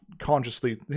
consciously